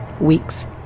weeks